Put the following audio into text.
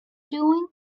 doing